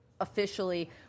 officially